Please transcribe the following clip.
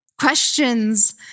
Questions